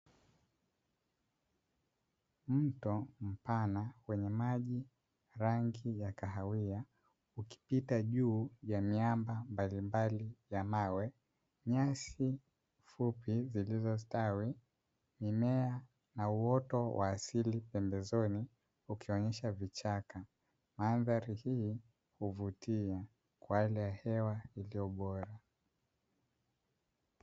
Mto mpana wenye maji rangi ya kahawia, ukipita juu ya miamba mbalimbali ya mawe. Nyasi fupi zilizostawi, mimea na uoto wa asili pembezoni, ukionyesha vichaka. Mandhari hii huvutia kwa hali hewa iliyo bora.